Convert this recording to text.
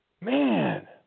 Man